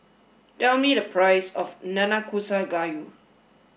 tell me the price of Nanakusa Gayu